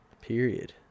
Period